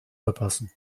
verpassen